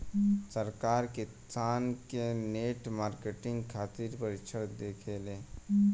सरकार किसान के नेट मार्केटिंग खातिर प्रक्षिक्षण देबेले?